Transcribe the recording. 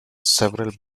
several